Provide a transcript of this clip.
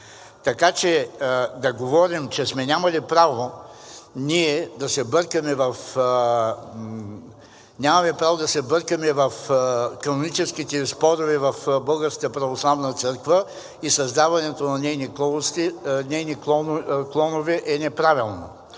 Така че да говорим, че сме нямали право ние да се бъркаме в каноническите спорове в Българската православна църква и създаването на нейни клонове, е неправилно.